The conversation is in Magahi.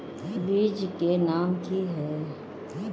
बीज के नाम की है?